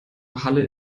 halle